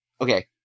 okay